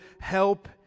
help